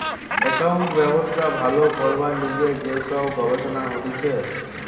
accounting ব্যবস্থা ভালো করবার লিগে যে সব গবেষণা হতিছে